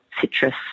citrus